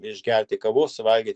išgerti kavos suvalgyt